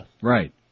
Right